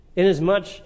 Inasmuch